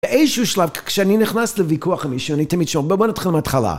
באיזשהו שלב, כשאני נכנס לויכוח עם מישהו, אני תמיד, שו.. בוא בוא נתחיל מההתחלה.